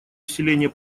усилении